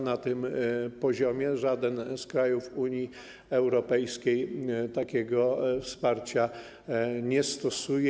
Na tym poziomie żaden z krajów Unii Europejskiej takiego wsparcia nie stosuje.